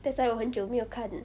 that's why 我很久没有看